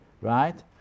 right